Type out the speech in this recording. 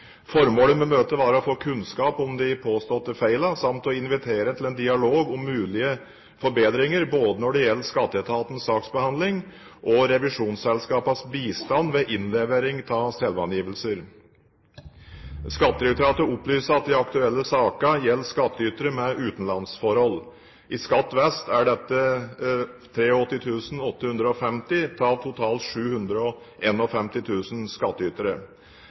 Formålet med møtet var å få kunnskap om de påståtte feilene, samt å invitere til en dialog om mulige forbedringer både når det gjelder Skatteetatens saksbehandling og revisjonsselskapenes bistand ved innlevering av selvangivelser. Skattedirektoratet opplyser at de aktuelle sakene gjelder skattytere med utenlandsforhold. I Skatt vest er dette 83 850 av totalt